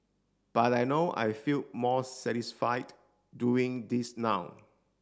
but I know I feel more satisfied doing this now